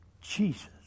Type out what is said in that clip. Jesus